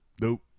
nope